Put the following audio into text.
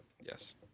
Yes